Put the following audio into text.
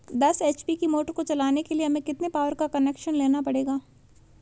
दस एच.पी की मोटर को चलाने के लिए हमें कितने पावर का कनेक्शन लेना पड़ेगा?